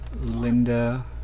Linda